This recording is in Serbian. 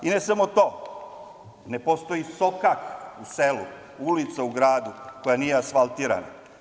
I ne samo to, ne postoji sokak u selu, ulica u gradu koja nije asfaltirana.